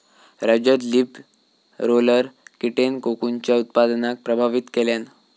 राज्यात leaf roller कीटेन कोकूनच्या उत्पादनाक प्रभावित केल्यान